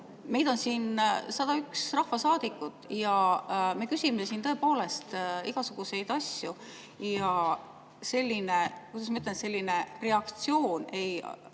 Meid on siin 101 rahvasaadikut ja me küsime siin tõepoolest igasuguseid asju. Selline, kuidas ma